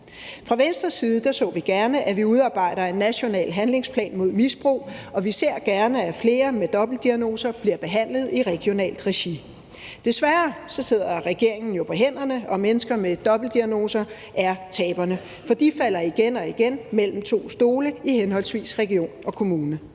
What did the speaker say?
Fra Venstres side så vi gerne, at vi udarbejder en national handlingsplan mod misbrug, og vi ser gerne, at flere med dobbeltdiagnoser bliver behandlet i regionalt regi. Desværre sidder regeringen jo på hænderne, og mennesker med dobbeltdiagnoser er taberne. For de falder igen og igen mellem to stole i henholdsvis region og kommune.